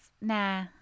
nah